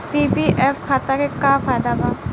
PPF खाता के का फायदा बा?